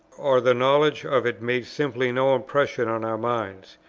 or the knowledge of it made simply no impression on our minds.